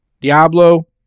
Diablo